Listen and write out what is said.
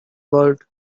word